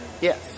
Yes